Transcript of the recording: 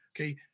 Okay